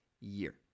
year